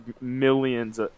millions